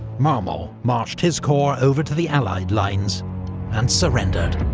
marmont marched his corps over to the allied lines and surrendered.